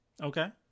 Okay